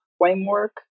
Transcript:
framework